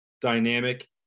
dynamic